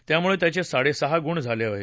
त्यामुळे त्याचे साडेसहा गुण झाले आहेत